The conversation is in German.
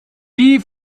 die